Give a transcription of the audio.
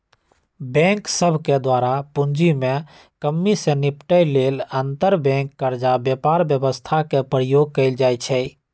bank सभके द्वारा पूंजी में कम्मि से निपटे लेल अंतरबैंक कर्जा बजार व्यवस्था के प्रयोग कएल जाइ छइ